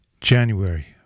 January